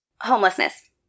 Homelessness